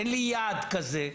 אין לי יעד כזה,